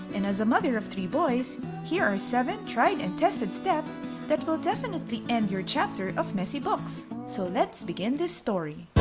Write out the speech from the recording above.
and as a mother of three boys here are seven tried and tested steps that will definitely end your chapter of messy books! so let's begin this story.